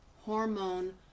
hormone